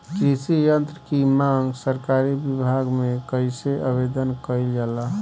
कृषि यत्र की मांग सरकरी विभाग में कइसे आवेदन कइल जाला?